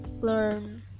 learn